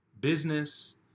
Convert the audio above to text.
business